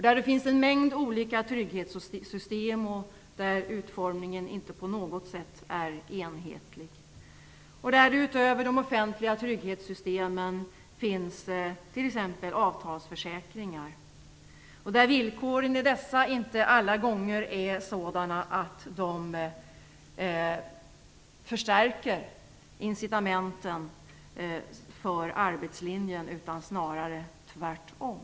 Det finns en mängd olika trygghetssystem, och utformningen är inte på något sätt enhetlig. Utöver de offentliga trygghetssystemen finns också t.ex. avtalsförsäkringar, och villkoren i dessa är inte alla gånger sådana att de förstärker incitamenten för arbetslinjen, utan snarare tvärtom.